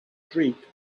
streak